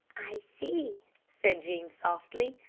i see, said jean softly.